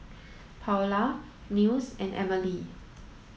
Paola Nils and Emely